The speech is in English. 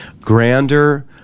Grander